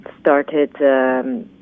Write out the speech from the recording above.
started